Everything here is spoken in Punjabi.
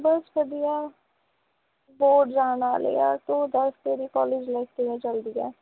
ਬਸ ਵਧੀਆ ਬੋਰਡ ਜਾਣ ਵਾਲੇ ਆ ਤੂੰ ਦੱਸ ਤੇਰੀ ਕਾਲਜ ਲਾਈਫ ਕਿਵੇਂ ਚੱਲਦੀ ਹੈ